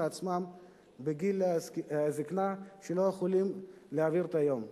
עצמם בגיל זיקנה לא יכולים להעביר את היום.